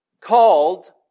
called